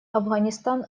афганистан